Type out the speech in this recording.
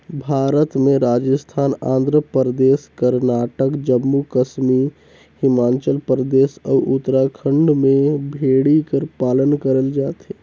भारत में राजिस्थान, आंध्र परदेस, करनाटक, जम्मू कस्मी हिमाचल परदेस, अउ उत्तराखंड में भेड़ी कर पालन करल जाथे